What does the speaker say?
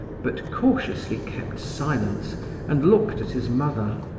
but cautiously kept silence and looked at his mother,